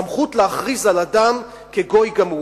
סמכות להכריז על אדם כגוי גמור.